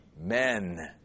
men